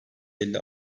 elli